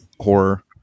horror